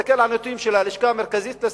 תסתכל על הנתונים של הלשכה המרכזית לסטטיסטיקה,